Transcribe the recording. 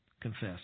Confess